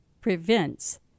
prevents